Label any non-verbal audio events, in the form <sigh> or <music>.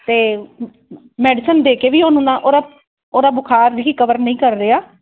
ਅਤੇ <unintelligible> ਮੈਡੀਸਨ ਦੇ ਕੇ ਵੀ ਉਹਨੂੰ ਨਾ ਉਹਦਾ ਉਹਦਾ ਬੁਖ਼ਾਰ ਰਿਕਵਰ ਨਹੀਂ ਕਰ ਰਿਹਾ